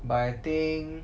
but I think